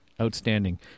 outstanding